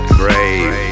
brave